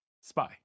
spy